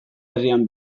herrian